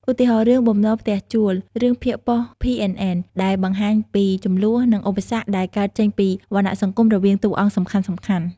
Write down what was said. ឧទាហរណ៍ រឿង បំណុលផ្ទះជួល រឿងភាគប៉ុស្តិ៍ PNN ដែលបង្ហាញពីជម្លោះ និងឧបសគ្គដែលកើតចេញពីវណ្ណៈសង្គមរវាងតួអង្គសំខាន់ៗ។